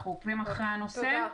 אנחנו עוקבים אחרי הנושא.